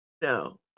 No